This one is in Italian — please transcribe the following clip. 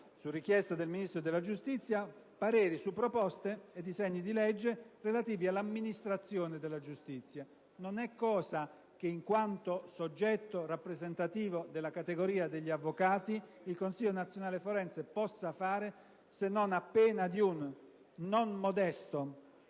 su richiesta del Ministro della giustizia, pareri su proposte e disegni di legge relativi all'amministrazione della giustizia. Non è cosa che in quanto soggetto rappresentativo della categoria degli avvocati il Consiglio nazionale forense possa fare se non a pena di una non modesta